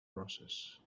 process